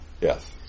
Yes